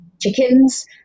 chickens